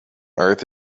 earth